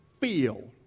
feel